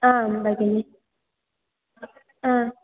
आम् भगिनि आम्